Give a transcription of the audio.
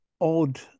odd